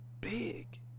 big